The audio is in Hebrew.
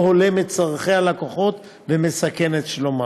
הולם את צורכי הלקוחות ומסכן את שלומם.